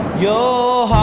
your